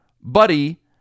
Buddy